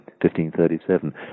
1537